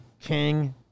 King